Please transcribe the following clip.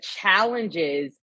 challenges